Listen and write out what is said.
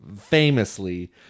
famously